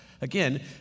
Again